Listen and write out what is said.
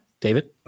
David